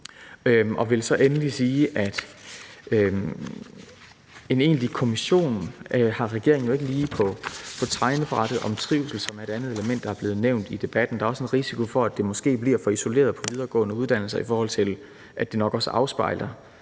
Så vil jeg endelig sige, at en egentlig kommission om trivsel har regeringen jo ikke lige på tegnebrættet; det er et andet element, der er blevet nævnt i debatten. Der er også risiko for, at det måske bliver for isoleret på området for videregående uddannelser, i forhold til at hele den her debat nok også afspejler